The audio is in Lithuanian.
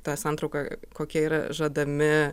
tą santrauką kokie yra žadami